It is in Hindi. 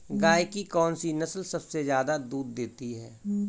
गाय की कौनसी नस्ल सबसे ज्यादा दूध देती है?